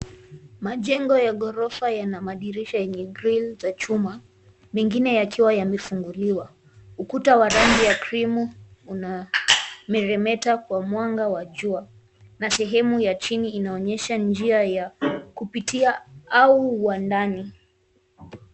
Majengo ya ghorofa yana madirisha mingi ya green za chuma mengine yakiwa yamefunguliwa ukuta wa rangi wa krimu unameremeta kwa mwanga wa jua, na sehemu ya chini inaonyesha njia ya kupitia au wandani.